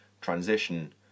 transition